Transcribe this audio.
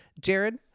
Jared